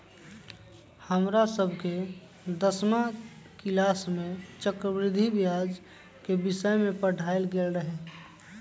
हमरा सभके दसमा किलास में चक्रवृद्धि ब्याज के विषय में पढ़ायल गेल रहै